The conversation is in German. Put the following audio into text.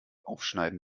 aufschneiden